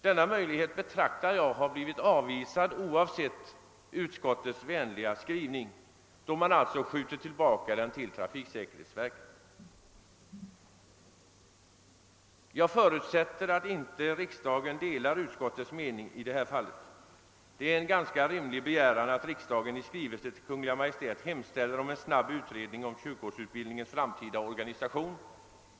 Denna möjlighet anser jag ha blivit avvisad — trots utskottets vänliga skrivning — genom att man återförvisat frågan till trafiksäkerhetsverket. Jag förutsätter att riksdagen inte delar utskottets uppfattning i detta fall. Det är en ganska rimlig begäran att riksdagen i skrivelse till Kungl. Maj:t hemställer om en snabbutredning av körkortsutbildningens framtida organisation.